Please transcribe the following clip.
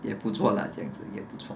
也不错 lah 这样子也不错